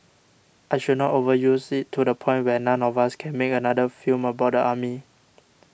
I should not overuse it to the point where none of us can make another film about the army